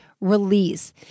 release